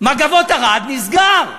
"מגבות ערד" נסגר.